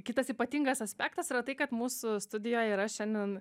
kitas ypatingas aspektas yra tai kad mūsų studijoj yra šiandien